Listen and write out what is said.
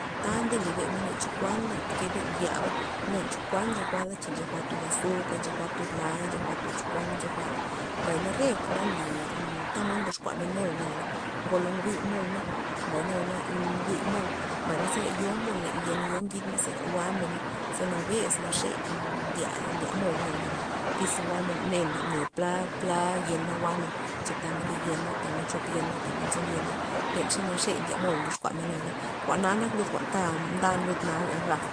Ta ndelibemena len chokuan asta ke mblyaba na len chokuan nche jwa'da cha jwa'd tud azuka ncha jwa'd la'y ncha jwa'd chokuan nly jwa'da mbay na re jwa'n ya nly tamod ndyoxkuamen mol nayana, ngolo nguy mol'na mbay nayana nguy mol'na mbay na zera yo mol len yen yo ngid zera jwa'men zena bes naxe ndya- ndya mol naya bay tyz jwa'men mne men pla- pla yen jwa'men cha tamen zi yen na tamen chop yena na tamen tson yen mbenxa naxe ndye mol ndyoxkuamen nayana jwa'na nak lud jwa'n mdan lud.